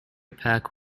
pack